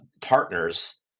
partners